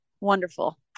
wonderful